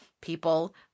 people